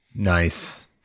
Nice